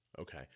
Okay